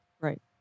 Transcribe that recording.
right